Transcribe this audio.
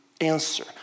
answer